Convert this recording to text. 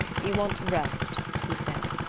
you want to rest, he said,